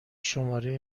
شماره